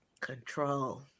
Control